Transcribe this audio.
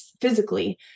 physically